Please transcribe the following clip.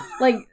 Like-